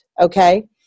okay